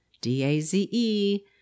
D-A-Z-E